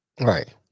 Right